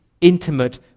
Intimate